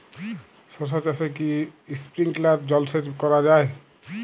শশা চাষে কি স্প্রিঙ্কলার জলসেচ করা যায়?